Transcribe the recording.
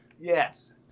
Yes